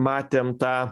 matėm tą